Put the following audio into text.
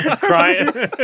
Crying